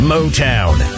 Motown